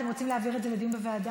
אתם רוצים להעביר את זה לדיון בוועדה?